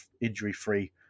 injury-free